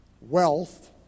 wealth